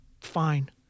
fine